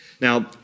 Now